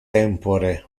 tempore